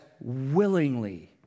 willingly